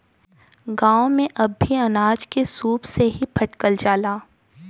गांव में अब भी अनाज के सूप से ही फटकल जाला